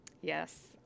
Yes